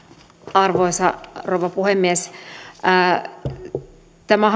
arvoisa rouva puhemies tämä